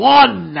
one